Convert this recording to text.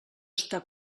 està